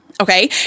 Okay